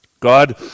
God